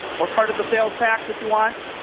or part of the sales tax if you want